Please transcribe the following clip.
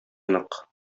нык